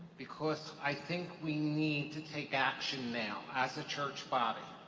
because i think we need to take action now, as a church body.